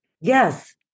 Yes